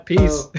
Peace